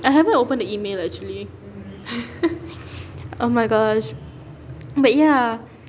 I haven't open the email actually oh my gosh but ya